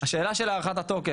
השאלה של הארכת התוקף,